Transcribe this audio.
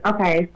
Okay